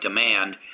demand